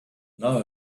now